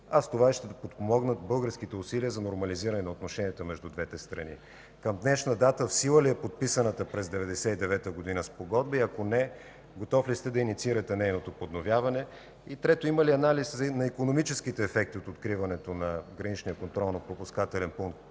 а с това и ще подпомогнат българските усилия за нормализиране на отношенията между двете страни? Към днешна дата в сила ли е подписаната през 1999 г. спогодба и ако не, готов ли сте да инициирате нейното подновяване? И трето, има ли анализ на икономическите ефекти от откриването на Граничния контролно-пропускателен пункт